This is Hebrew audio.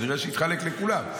הוא כנראה שהתחלק לכולם.